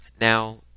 Now